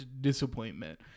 disappointment